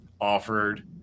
offered